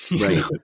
right